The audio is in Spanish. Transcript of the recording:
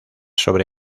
sobre